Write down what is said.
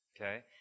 okay